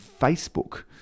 Facebook